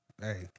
Hey